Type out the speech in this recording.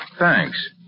Thanks